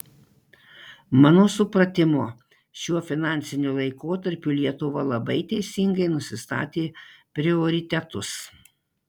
mano supratimu šiuo finansiniu laikotarpiu lietuva labai teisingai nusistatė prioritetus